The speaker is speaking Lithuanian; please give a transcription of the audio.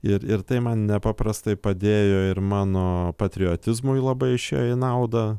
ir ir tai man nepaprastai padėjo ir mano patriotizmui labai išėjo į naudą